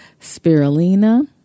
spirulina